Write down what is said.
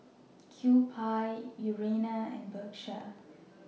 Kewpie Urana and Bershka